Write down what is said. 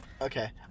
okay